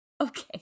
Okay